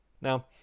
Now